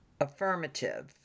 Affirmative